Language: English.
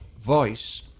voice